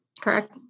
correct